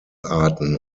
arten